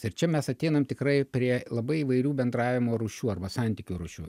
ir čia mes ateinam tikrai prie labai įvairių bendravimo rūšių arba santykio rūšių